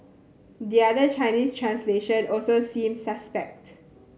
the other Chinese translation also seems suspect